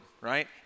right